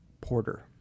Porter